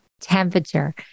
temperature